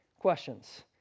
Questions